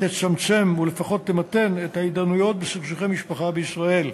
תצמצם או לפחות תמתן את ההתדיינויות בסכסוכי משפחה בישראל,